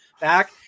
back